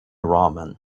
ramen